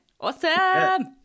Awesome